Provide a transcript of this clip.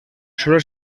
sólo